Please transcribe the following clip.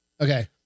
Okay